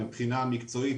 מבחינה מקצועית,